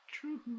True